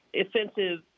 offensive